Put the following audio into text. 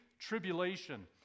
tribulation